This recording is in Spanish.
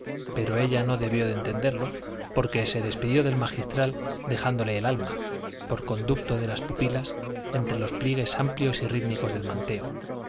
pero ella no debió de entenderlo porque se despidió del magistral dejándole el alma por conducto de las pupilas entre los pliegues amplios y rítmicos del manteo